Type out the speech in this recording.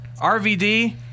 RVD